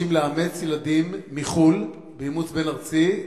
זכויות למאמצים באימוץ בין-ארצי),